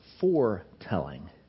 foretelling